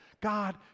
God